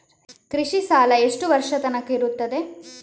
ಕೃಷಿ ಸಾಲ ಎಷ್ಟು ವರ್ಷ ತನಕ ಇರುತ್ತದೆ?